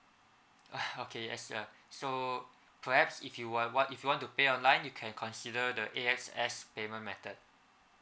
okay yes sir so perhaps if you want if you want to pay online you can consider the A_X_S payment method